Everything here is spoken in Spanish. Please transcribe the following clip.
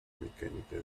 mecánica